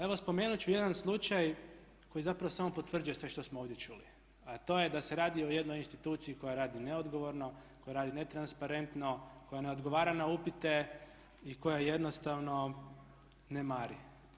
Evo spomenuti ću jedan slučaj koji zapravo samo potvrđuje sve što smo ovdje čuli a to je da se radi o jednoj instituciji koja radi neodgovorno, koja radi netransparentno, koja ne odgovara na upite i koja jednostavno ne mari.